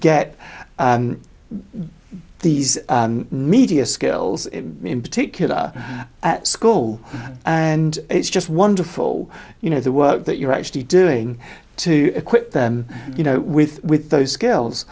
get these media skills in particular at school and it's just wonderful you know the work that you're actually doing to equip them you know with with those skills